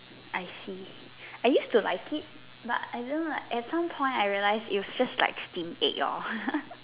I see I used to like it but I don't know like at some point I realised it was just like steamed egg lor